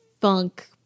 funk